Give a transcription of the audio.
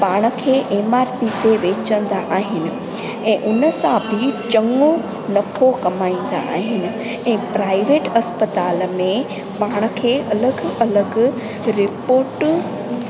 पाण खे M R P ते बेचंदा आहिनि ऐं उन सां बि चङो नफो कमाईंदा आहिनि ऐं प्राइवेट अस्पताल में पाण खे अलॻि अलॻि रिपोटूं